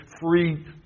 free